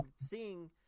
seeing